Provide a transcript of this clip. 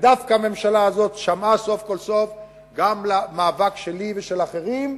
ודווקא הממשלה הזאת שמעה סוף-סוף גם למאבק שלי ושל אחרים,